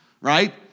Right